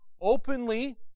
openly